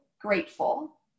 grateful